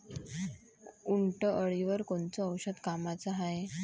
उंटअळीवर कोनचं औषध कामाचं हाये?